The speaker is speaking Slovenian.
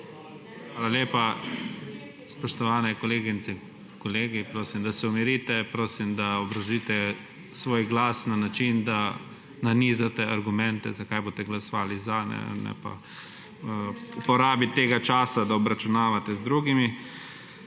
Hvala lepa. Spoštovane kolegice in kolegi, prosim, da se umirite. Prosim, da obrazložite svoj glas na način, da nanizate argumente, zakaj boste glasovali za, ne pa uporabiti tega časa, da obračunavate z drugimi.